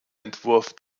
entwurf